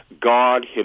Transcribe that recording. God